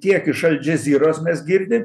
tiek iš al džeziros mes girdim